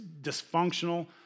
dysfunctional